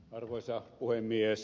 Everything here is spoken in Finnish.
arvoisa puhemies